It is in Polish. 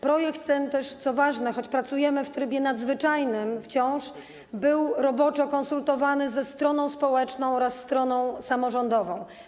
Projekt ten, co ważne, choć pracujemy wciąż w trybie nadzwyczajnym, był roboczo konsultowany ze stroną społeczną oraz ze stroną samorządową.